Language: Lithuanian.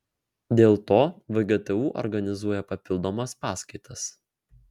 dėl to vgtu organizuoja papildomas paskaitas